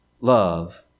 love